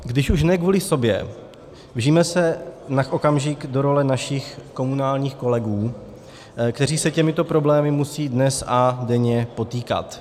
Když už ne kvůli sobě, vžijme se na okamžik do role našich komunálních kolegů, kteří se s těmito problémy musí dnes a denně potýkat.